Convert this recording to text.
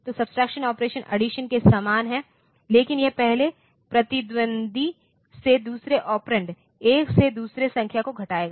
तो subtraction operation addition के सामान है लेकिन यह पहले प्रतिद्वंद्वी से दूसरे ऑपरेंड एक से दूसरे संख्या को घटाएगा